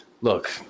look